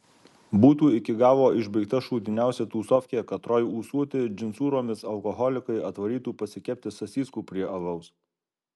būtų iki galo išbaigta šūdiniausia tūsofkė katroj ūsuoti džinsūromis alkoholikai atvarytų pasikepti sasyskų prie alaus